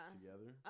together